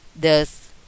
Thus